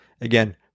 Again